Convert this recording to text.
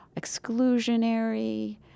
exclusionary